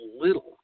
little